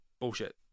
bullshit